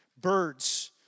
Birds